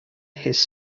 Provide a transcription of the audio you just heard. his